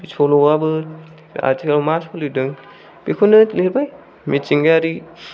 सल'आबो आथिखालाव मा सलिदों बेखौनो लिरबाय मिथिंगायारि